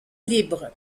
libre